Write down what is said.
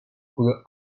couleur